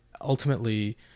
Ultimately